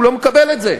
הוא לא מקבל את זה.